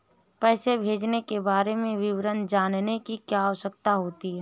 पैसे भेजने के बारे में विवरण जानने की क्या आवश्यकता होती है?